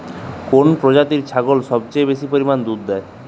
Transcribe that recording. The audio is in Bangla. কোন প্রজাতির ছাগল সবচেয়ে বেশি পরিমাণ দুধ দেয়?